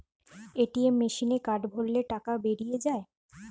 ATM মেসিনে card ভরলে টাকা বেরিয়ে যায়